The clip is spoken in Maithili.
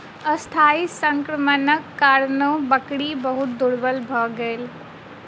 अस्थायी संक्रमणक कारणेँ बकरी बहुत दुर्बल भ गेल